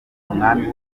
umwami